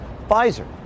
Pfizer